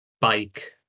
bike